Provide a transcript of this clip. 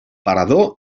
parador